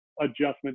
adjustment